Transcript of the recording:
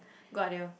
good idea